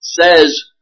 Says